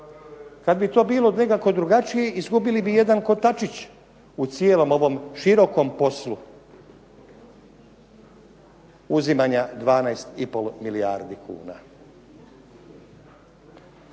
Kad bi to bilo nekako drugačije izgubili bi jedan kotačić u cijelom ovom širokom poslu uzimanja 12 i pol milijardi kuna.